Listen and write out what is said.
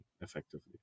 effectively